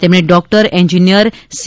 તેમણે doctor engineer C